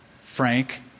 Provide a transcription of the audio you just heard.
frank